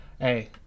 Hey